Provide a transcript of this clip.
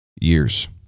years